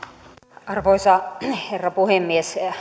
arvoisa herra puhemies